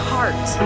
Heart